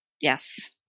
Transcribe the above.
Yes